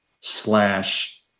slash